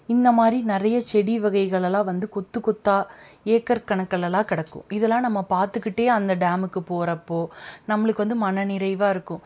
இந்த மாதிரி நிறைய செடி வகைகளெல்லாம் வந்து கொத்து கொத்தாக ஏக்கர் கணக்குலெலாம் கிடக்கும் இதெலாம் நம்ம பார்த்துக்கிட்டே அந்த டேமுக்கு போகிறப்போ நம்மளுக்கு வந்து மன நிறைவாக இருக்கும்